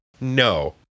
No